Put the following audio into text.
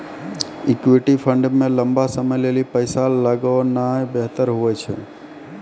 equity fund मे लंबा समय लेली पैसा लगौनाय बेहतर हुवै छै